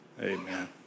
Amen